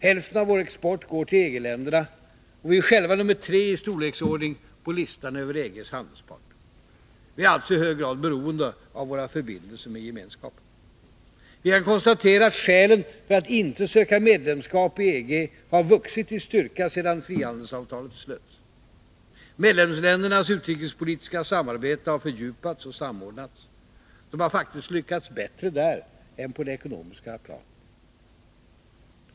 Hälften av vår export går till EG-länderna, och vi är själva nummer tre i storleksordning på listan över EG:s handelspartner. Vi är alltså i hög grad beroende av våra förbindelser med Gemenskapen. Vi kan konstatera att skälen för att inte söka medlemskap i EG har vuxit i styrka sedan frihandelsavtalet slöts. Medlemsländernas utrikespolitiska samarbete har fördjupats och samordnats. De har faktiskt lyckats bättre där än på det ekonomiska planet.